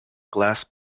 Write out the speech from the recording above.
glass